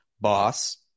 boss